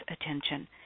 attention